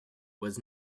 was